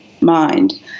mind